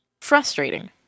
Frustrating